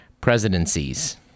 presidencies